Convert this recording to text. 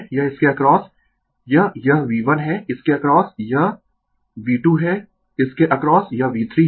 यह इसके अक्रॉस यह यह V1 है इसके अक्रॉस यह V2 है इसके अक्रॉस यह V3 है